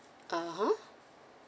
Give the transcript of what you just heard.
(uh huh)